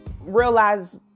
realize